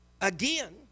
Again